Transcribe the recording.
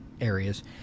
areas